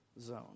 zone